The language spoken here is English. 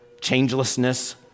changelessness